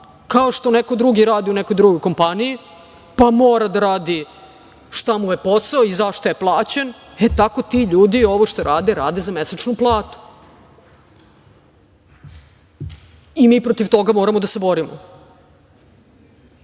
kao što neko drugi radi u nekoj drugoj kompaniji, pa mora da radi šta mu je posao i za šta je plaćen, e tako ti ljudi ovo što rade rade za mesečnu platu. I mi protiv toga moramo da se borimo. Dakle,